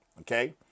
okay